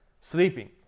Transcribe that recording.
sleeping